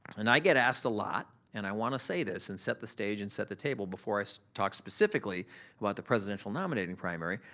and i get asked a lot and i wanna say this and set the stage and set the table before i so talk specifically about the presidential nominating primary,